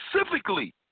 specifically